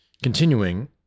Continuing